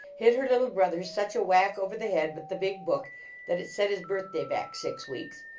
hit her little brother such a whack over the head with the big book that it set his birthday back six weeks,